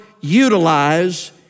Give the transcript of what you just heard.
utilize